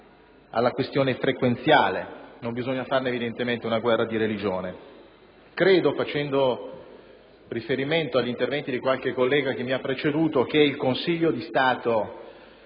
sulla questione frequenziale: non bisogna farne, evidentemente, una guerra di religione. Facendo riferimento agli interventi svolti da qualche collega che mi ha preceduto, credo che il Consiglio di Stato,